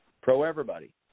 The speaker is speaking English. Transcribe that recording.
pro-everybody